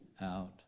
out